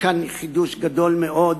וכאן יש חידוש גדול מאוד,